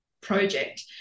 project